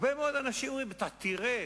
הרבה מאוד אנשים אומרים, אתה תראה: